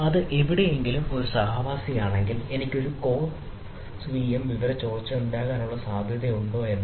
അത് എവിടെയെങ്കിലും ഒരു സഹവാസിയാണെങ്കിൽ എനിക്ക് ഒരു ക്രോസ് വിഎം വിവര ചോർച്ചയുണ്ടാകാനുള്ള സാധ്യതയുണ്ടോ എന്ന്